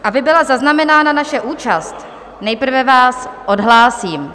Aby byla zaznamenána naše účast, nejprve vás odhlásím.